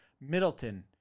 Middleton